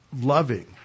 loving